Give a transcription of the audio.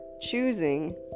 choosing